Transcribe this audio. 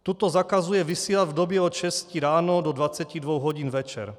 Toto zakazuje vysílat v době od šesti ráno do 22 hodin večer.